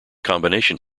combination